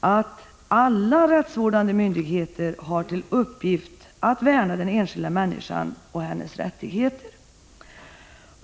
att alla rättsvårdande myndigheter har till uppgift att värna den enskilda människan och hennes rättigheter.